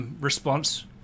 response